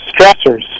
stressors